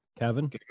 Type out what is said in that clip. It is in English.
Kevin